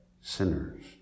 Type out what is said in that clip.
sinners